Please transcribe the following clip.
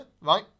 right